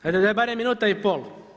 Hajde da je barem minuta i pol.